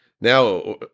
now –